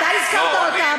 אתה הזכרת אותם.